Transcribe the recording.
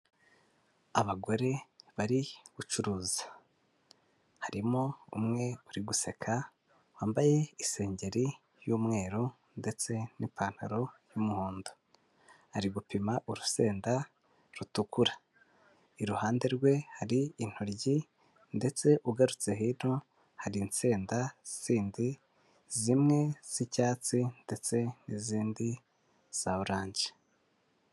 Abagore bari gucuruza harimo umwe uri guseka wambaye isengeri y'umweru ndetse n'ipantaro y'umuhondo ari gupima urusenda rutukura iruhande rwe hari intoryi ndetse ugarutse hino hari insenda zindi zimwe z'icyatsi ndetse n'izindi za oranje.